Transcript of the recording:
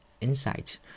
insights